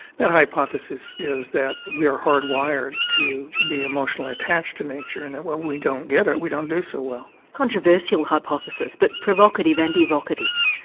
that hypothesis is that we are hard-wired to be emotionally attached to nature, and that when we don't get it we don't do so well. a controversial hypothesis but provocative and evocative.